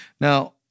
Now